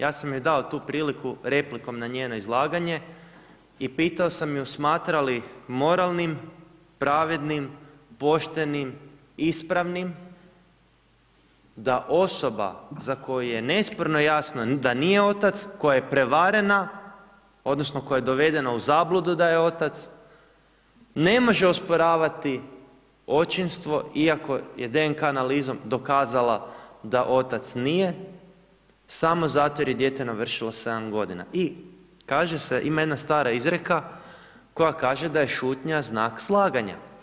Ja sam joj dao tu priliku replikom na njeno izlaganje i pitao sam ju smatra li moralnim, pravednim, poštenim, ispravnim da osoba za koju je nesporno jasno da nije otac, koja je prevarena odnosno koja je dovedena u zabludu da je otac, ne može osporavati očinstvo iako je DNK analizom dokazala da otac nije, samo zato jer je dijete navršilo 7 godina i kaže se, ima jedna stara izreka koja kaže da je šutnja znak slaganja.